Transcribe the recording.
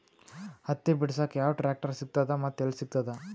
ಹತ್ತಿ ಬಿಡಸಕ್ ಯಾವ ಟ್ರಾಕ್ಟರ್ ಸಿಗತದ ಮತ್ತು ಎಲ್ಲಿ ಸಿಗತದ?